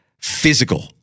physical